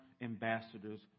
ambassadors